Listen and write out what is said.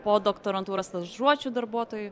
podoktorantūros stažuočių darbuotojų